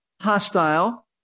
hostile